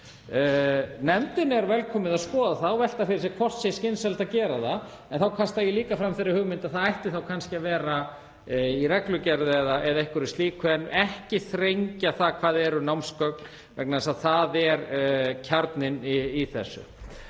Nefndinni er velkomið að skoða það og velta fyrir sér hvort skynsamlegt sé að gera það. En þá kasta ég líka fram þeirri hugmynd að það ætti þá kannski að vera í reglugerð eða einhverju slíku en ekki þrengja það hvað séu námsgögn, vegna þess að það er kjarninn í þessu.